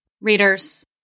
Readers